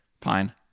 Fine